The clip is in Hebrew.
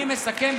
אני מסכם.